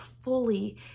fully